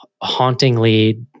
hauntingly